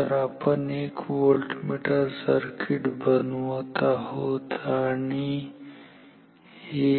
तर आपण एक व्होल्टमीटर सर्किट बनवत आहोत आणि हे